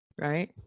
right